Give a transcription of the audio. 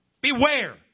beware